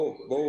ברור.